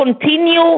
continue